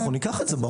אנחנו ניקח את זה.